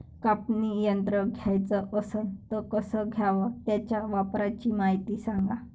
कापनी यंत्र घ्याचं असन त कस घ्याव? त्याच्या वापराची मायती सांगा